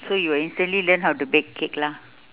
so you'll instantly learn how to bake cake lah